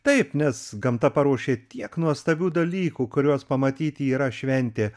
taip nes gamta paruošė tiek nuostabių dalykų kuriuos pamatyti yra šventė